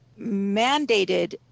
mandated